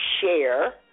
share